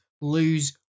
lose